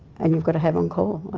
and you've got to have on call.